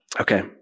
Okay